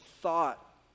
thought